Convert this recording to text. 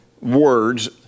words